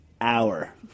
hour